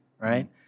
right